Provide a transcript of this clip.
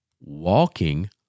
walking